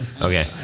Okay